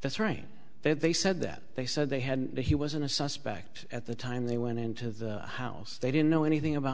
that's right that they said that they said they had and he wasn't a suspect at the time they went into the house they didn't know anything about